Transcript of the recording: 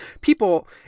people